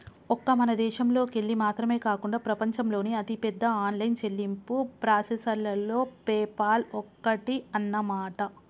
ఒక్క మన దేశంలోకెళ్ళి మాత్రమే కాకుండా ప్రపంచంలోని అతిపెద్ద ఆన్లైన్ చెల్లింపు ప్రాసెసర్లలో పేపాల్ ఒక్కటి అన్నమాట